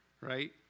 right